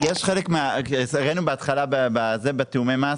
הראינו בהתחלה בתיאומי המס,